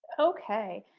okay.